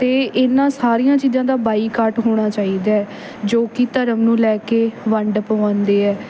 ਅਤੇ ਇਹਨਾਂ ਸਾਰੀਆਂ ਚੀਜ਼ਾਂ ਦਾ ਬਾਈਕਾਟ ਹੋਣਾ ਚਾਹੀਦਾ ਜੋ ਕਿ ਧਰਮ ਨੂੰ ਲੈ ਕੇ ਵੰਡ ਪਵਾਉਂਦੇ ਹੈ